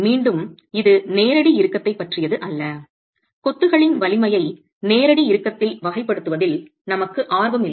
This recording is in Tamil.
மீண்டும் இது நேரடி இறுக்கத்தைப் பற்றியது அல்ல கொத்துகளின் வலிமையை நேரடி இறுக்கத்தில் வகைப்படுத்துவதில் நமக்கு ஆர்வம் இல்லை